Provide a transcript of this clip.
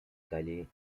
calais